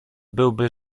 byłby